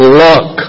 luck